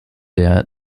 der